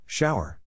Shower